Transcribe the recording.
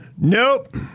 Nope